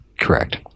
Correct